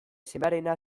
semearena